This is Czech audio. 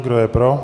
Kdo je pro?